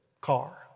car